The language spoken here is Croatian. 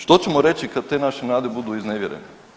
Što ćemo reći kad te naše nade budu iznevjerene?